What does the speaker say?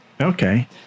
Okay